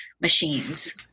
machines